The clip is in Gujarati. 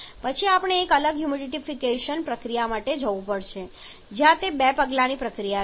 પછી આપણે એક અલગ હ્યુમિડિફિકેશન પ્રક્રિયા માટે જવું પડશે જ્યાં તે બે પગલાની પ્રક્રિયા છે